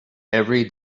every